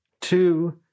Two